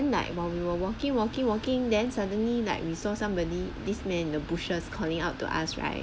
like while we were walking walking walking then suddenly like we saw somebody this man the bushes calling out to us right